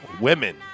Women